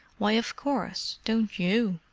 why, of course don't you?